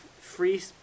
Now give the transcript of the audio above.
free